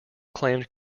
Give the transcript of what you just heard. claimed